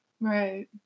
Right